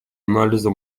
анализа